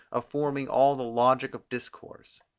of forming all the logic of discourse.